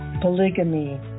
polygamy